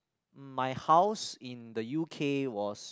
my house in the U_K was